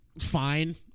fine